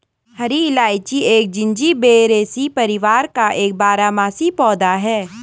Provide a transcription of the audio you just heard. हरी इलायची एक जिंजीबेरेसी परिवार का एक बारहमासी पौधा है